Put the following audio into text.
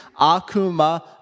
Akuma